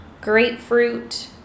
grapefruit